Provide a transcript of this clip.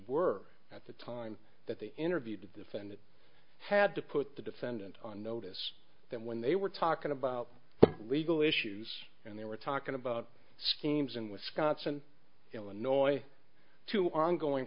were at the time that they interviewed the defendant had to put the defendant on notice that when they were talking about legal issues and they were talking about schemes in wisconsin illinois two ongoing